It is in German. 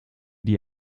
die